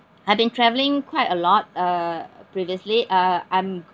I've been travelling quite a lot uh previously uh I'm